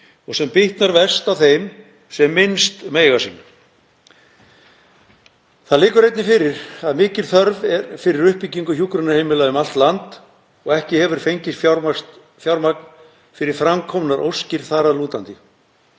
Þetta bitnar verst á þeim sem minnst mega sín. Það liggur einnig fyrir að mikil þörf er fyrir uppbyggingu hjúkrunarheimila um allt land og ekki hefur fengist fjármagn fyrir fram komnar óskir þar að lútandi.